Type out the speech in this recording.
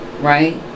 right